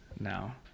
now